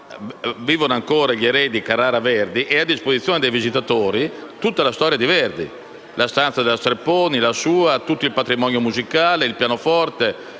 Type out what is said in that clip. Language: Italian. vivono ancora gli eredi, i Carrara Verdi, ed è a disposizione dei visitatori tutta la storia di Verdi, la stanza di Giuseppina Strepponi, la sua, tutto il patrimonio musicale, il pianoforte,